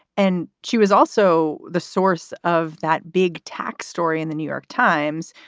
and she was also the source of that big tax story in the new york times,